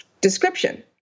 description